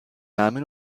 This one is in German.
name